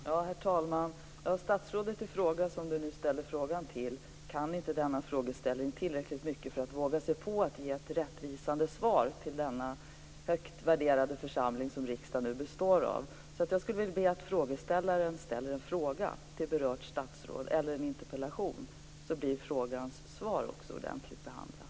Herr talman! Statsrådet i fråga, som Harald Bergström ställer frågan till, kan inte denna frågeställning tillräckligt mycket för att våga sig på att ge ett rättvisande svar till den högt värderade församling som riksdagen är. Jag skulle vilja be frågeställaren att ställa en fråga eller en interpellation till berört statsråd, så att frågans svar blir ordentligt behandlat.